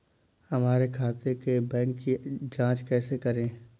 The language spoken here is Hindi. हमारे खाते के बैंक की जाँच कैसे करें?